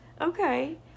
Okay